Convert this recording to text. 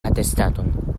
atestanton